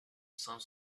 some